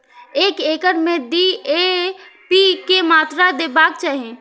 एक एकड़ में डी.ए.पी के मात्रा देबाक चाही?